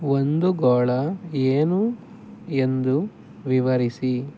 ಒಂದು ಗೋಳ ಏನು ಎಂದು ವಿವರಿಸಿ